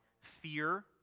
fear